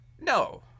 No